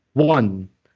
one,